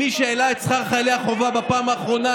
מי העלה את שכר חיילי החובה בפעם האחרונה